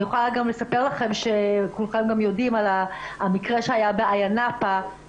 אני יכולה גם לספר לכם שכולכם גם יודעים על המקרה שהיה באיה נאפה,